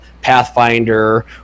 Pathfinder